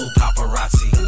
paparazzi